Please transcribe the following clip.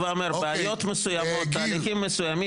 גיל.